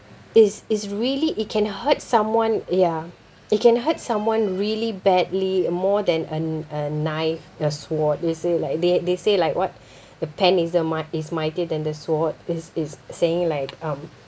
is is really it can hurt someone ya it can hurt someone really badly more than a a knife a sword they say like they they say like what the pen is uh might~ is mightier than the sword is is saying like um